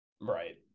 Right